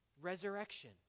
resurrection